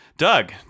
Doug